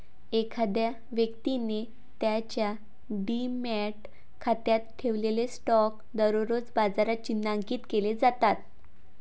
एखाद्या व्यक्तीने त्याच्या डिमॅट खात्यात ठेवलेले स्टॉक दररोज बाजारात चिन्हांकित केले जातात